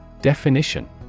Definition